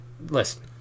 Listen